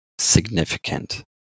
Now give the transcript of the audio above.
significant